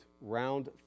round